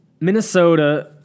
Minnesota